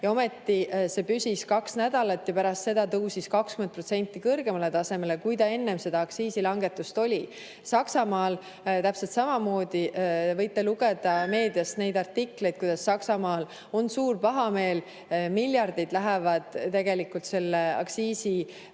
[hind] püsis kaks nädalat ja pärast seda tõusis 20% kõrgemale tasemele, kui enne aktsiisilangetust oli. Saksamaal oli täpselt samamoodi, te võite lugeda meediast artikleid, kuidas Saksamaal on suur pahameel. Miljardid lähevad tegelikult selle aktsiisilangetuse